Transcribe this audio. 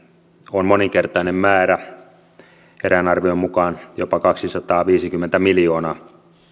on moninkertainen määrä erään arvion mukaan jopa kaksisataaviisikymmentä miljoonaa